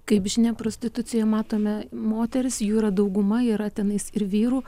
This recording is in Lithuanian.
kaip žinia prostitucija matome moteris jų yra dauguma yra tenais ir vyrų